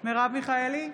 מרב מיכאלי,